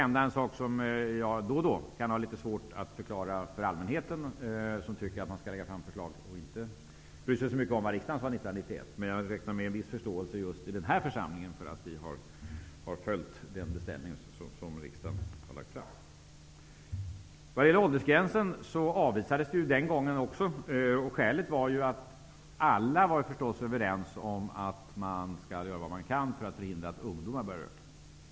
Det är en sak som jag då och då har litet svårt att förklara för allmänheten, som tycker att man skall lägga fram förslag och inte bry sig så mycket om vad riksdagen sade 1991. Men jag räknar med en viss förståelse i den här församlingen för att vi har följt den beställning riksdagen har lagt fram. Vad gäller åldersgränsen avvisades saken den gången också. Alla var överens om att man skall göra vad man kan för att förhindra att ungdomar börjar röka.